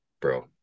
bro